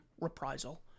reprisal